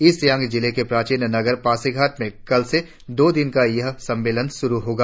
east Siang जिले के प्राचीन नगर पासीघाट में कल से दो दिन का यह सम्मेलन श्रुरु होगा